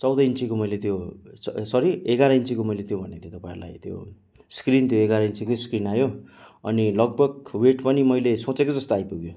चौध इन्चीको मैले त्यो सरी एघार इन्चीको मैले त्यो भनेको थिएँ तपाईँलाई त्यो स्क्रिन त्यो एघार इन्चीकै आयो अनि लगभग वेट पनि मैले सोचेकै जस्तो आइपुग्यो